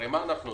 הרי אנחנו לוקחים